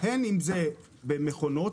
הן במכונות,